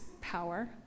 power